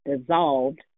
dissolved